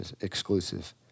exclusive